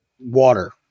water